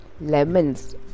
lemons